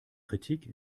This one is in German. kritik